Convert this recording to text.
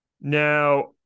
Now